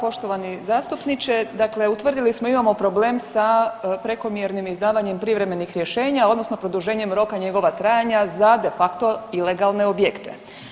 Poštovani zastupniče, dakle utvrdili smo imamo problem sa prekomjernim izdavanjem privremenih rješenja odnosno produženjem roka njegova trajanja za de facto ilegalne objekte.